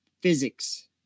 physics